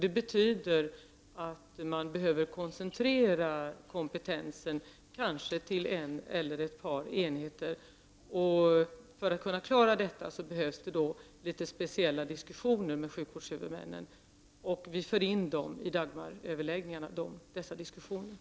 Det betyder att man behöver koncentrera kompetensen till en eller ett par enheter. För att kunna klara detta behövs det litet speciella diskussioner med sjukvårdshuvudmännen. Vi för in dessa diskussioner i Dagmaröverläggningarna.